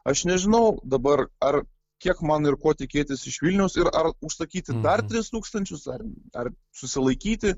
aš nežinau dabar ar kiek man ir ko tikėtis iš vilniaus ir ar užsakyti dar tris tūkstančius ar ar susilaikyti